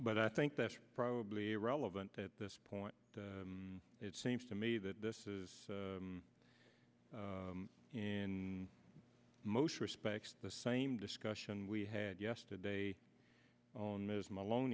but i think that's probably irrelevant at this point it seems to me that this is in most respects the same discussion we had yesterday on ms malone